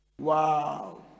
Wow